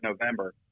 November